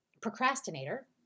procrastinator